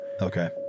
Okay